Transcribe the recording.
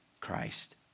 Christ